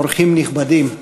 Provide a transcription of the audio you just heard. אורחים נכבדים.